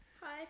hi